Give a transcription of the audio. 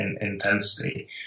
intensity